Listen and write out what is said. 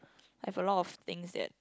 I have a lot of things that